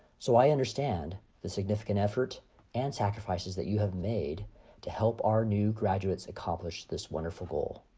so i understand the significant effort and sacrifices that you have made to help our new graduates accomplish this wonderful goal.